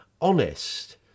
honest